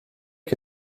que